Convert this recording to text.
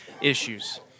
issues